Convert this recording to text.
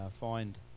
find